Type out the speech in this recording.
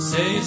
Say